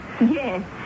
yes